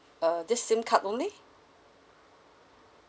uh this SIM card only